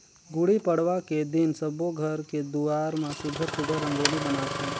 गुड़ी पड़वा के दिन सब्बो घर के दुवार म सुग्घर सुघ्घर रंगोली बनाथे